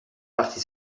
parti